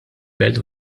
belt